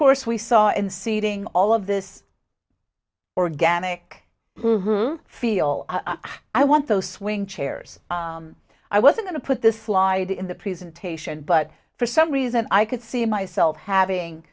course we saw in seating all of this organic feel i want those swing chairs i wasn't going to put the slide in the presentation but for some reason i could see myself having